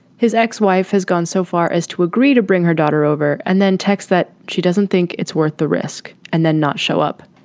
his ex-wife has gone so far as to agree to bring her daughter over over and then texts that she doesn't think it's worth the risk. and then not show up.